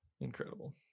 Incredible